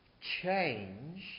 change